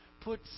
put